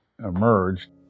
emerged